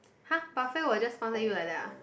!huh! buffet will just sponsor you like that uh